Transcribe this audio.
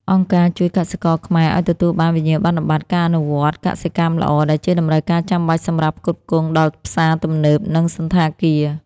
អង្គការជួយកសិករខ្មែរឱ្យទទួលបានវិញ្ញាបនបត្រការអនុវត្តកសិកម្មល្អ ដែលជាតម្រូវការចាំបាច់សម្រាប់ផ្គត់ផ្គង់ដល់ផ្សារទំនើប និងសណ្ឋាគារ។